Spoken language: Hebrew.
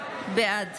בעד